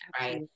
Right